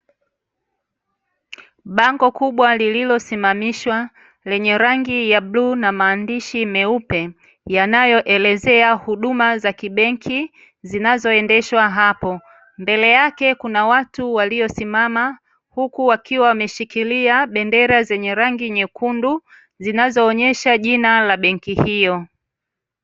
Bango kubwa lililosimamishwa, lenye rangi ya bluu na maandishi meupe, yanayoelezea huduma za kibenki zinazoendeshwa hapo. Mbele yake kuna watu waliosimama huku wakiwa wameshikilia bendera zenye rangi nyekundu, zinazoonyesha jina la benki hiyo.